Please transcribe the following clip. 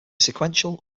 sequential